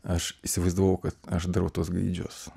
aš įsivaizdavau kad aš darau tuos gaidžius